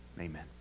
Amen